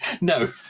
no